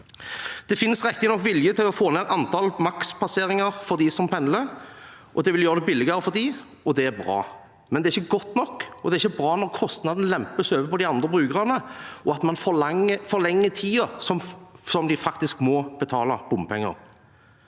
Det finnes riktignok vilje til å få ned antall makspasseringer for dem som pendler, og det blir også billigere for dem. Det er bra. Likevel er det ikke godt nok, og det er ikke bra når kostnaden lempes over på de andre brukerne, og man forlenger tiden de faktisk må betale bompenger.